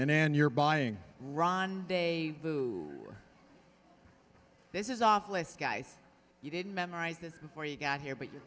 and then you're buying ron they are this is off list guys you didn't memorize this before you got here but you